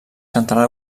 central